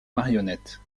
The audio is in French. marionnettes